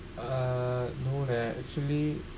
uh no leh actually